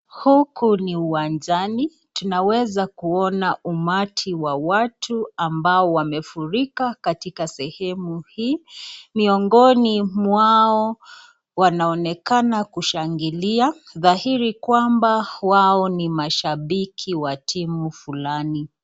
Huku ni uwanjani tunaweza kuona umati wa watu, ambao wamefurika katika sehemu hii, miongoni mwao wanaonekana kushangilia, dhahiri kwamba wao ni wa timu fulani.